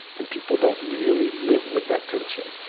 and people don't really live with that tension,